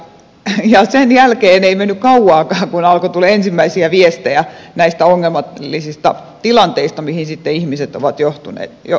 sen jälkeen ei mennyt kauaakaan kun alkoi tulla ensimmäisiä viestejä näistä ongelmallisista tilanteista mihin sitten ihmiset olivat joutuneet